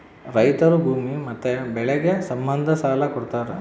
ರೈತರು ಭೂಮಿ ಮತ್ತೆ ಬೆಳೆಗೆ ಸಂಬಂಧ ಸಾಲ ಕೊಡ್ತಾರ